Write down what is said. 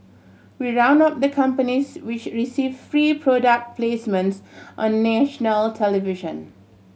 we round up the companies which receive free product placements on national television